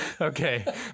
Okay